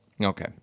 Okay